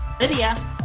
Lydia